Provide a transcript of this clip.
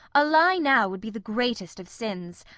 a lye now would be the greatest of sins.